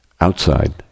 outside